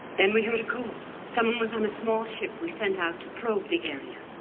then we heard a call. someone was on a small ship we sent out to probe the area.